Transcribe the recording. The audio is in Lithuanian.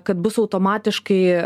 kad bus automatiškai